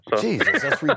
Jesus